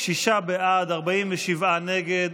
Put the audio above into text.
שישה בעד, 47 נגד.